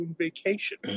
Vacation